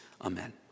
Amen